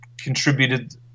contributed